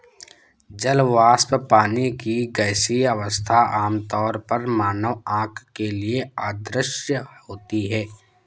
जल वाष्प, पानी की गैसीय अवस्था, आमतौर पर मानव आँख के लिए अदृश्य होती है